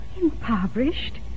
Impoverished